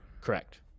Correct